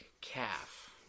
calf